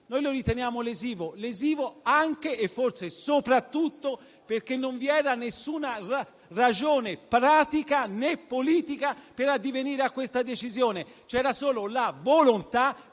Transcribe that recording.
comportamento sia lesivo anche, e forse soprattutto, perché non vi era nessuna ragione pratica né politica per addivenire a questa decisione; c'era solo la volontà